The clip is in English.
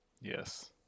yes